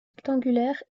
rectangulaire